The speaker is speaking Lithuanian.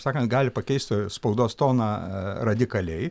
sakant gali pakeist spaudos toną a radikaliai